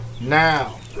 now